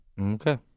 Okay